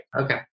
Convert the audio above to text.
okay